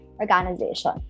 organization